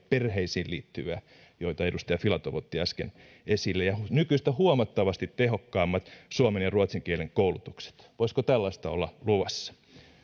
perheisiin liittyviä joita edustaja filatov otti äsken esille ja nykyistä huomattavasti tehokkaammat suomen ja ruotsin kielen koulutukset voisiko tällaista olla luvassa